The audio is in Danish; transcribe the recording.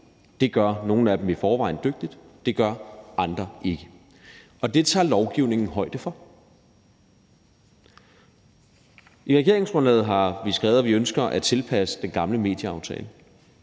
Det gør nogle af dem i forvejen dygtigt, det gør andre ikke, og det tager lovgivningen højde for. I regeringsgrundlaget har vi skrevet, at vi ønsker at tilpasse den gamle medieaftale.